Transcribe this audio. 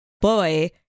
boy